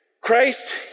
Christ